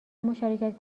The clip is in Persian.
مشارکت